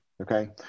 okay